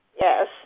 Yes